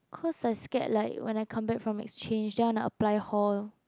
cause I scared like when I come back from exchange then I wanna apply hall